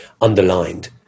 underlined